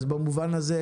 אז במובן הזה,